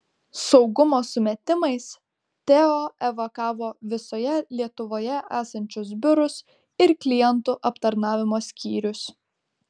saugumo sumetimais teo evakavo visoje lietuvoje esančius biurus ir klientų aptarnavimo skyrius